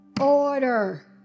order